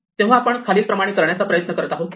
तेव्हा आपण खालील प्रमाणे करण्याचा प्रयत्न करत आहोत